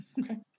Okay